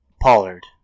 Pollard